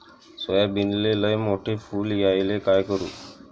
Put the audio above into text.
सोयाबीनले लयमोठे फुल यायले काय करू?